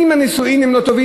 אם הנישואין הם לא טובים,